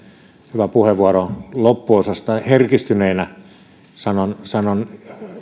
hyvän puheenvuoron loppuosasta herkistyneenä sanon sanon